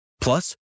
Plus